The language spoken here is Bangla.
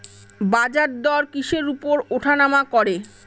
বাজারদর কিসের উপর উঠানামা করে?